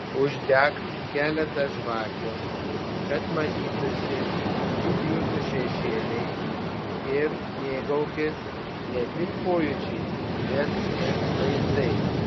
uždek keletą žvakių kad matytųsi tik jūsų šešėliai ir mėgaukis ne tik pojūčiais bet ir vaizdais